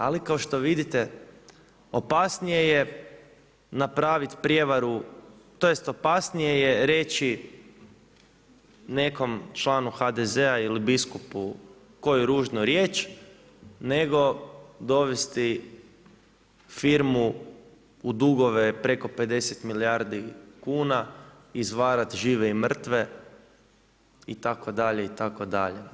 Ali kao što vidite opasnije je napravit prijevaru, tj. opasnije je reći nekom članu HDZ-a ili biskupu koju ružnu riječ nego dovesti firmu u dugove preko 50 milijardi kuna, izvarat žive i mrtve itd. itd.